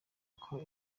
uko